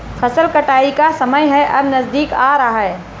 फसल कटाई का समय है अब नजदीक आ रहा है